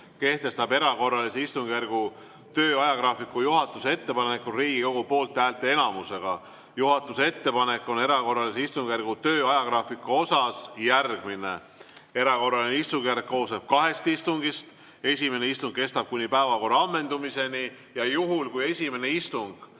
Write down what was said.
kehtestab erakorralise istungjärgu töö ajagraafiku juhatuse ettepanekul Riigikogu poolthäälteenamusega. Juhatuse ettepanek on erakorralise istungjärgu töö ajagraafiku kohta järgmine. Erakorraline istungjärk koosneb kahest istungist. Esimene istung kestab kuni päevakorra ammendumiseni ja juhul, kui esimese istungi